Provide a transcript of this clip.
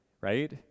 right